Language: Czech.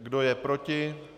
Kdo je proti?